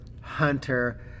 hunter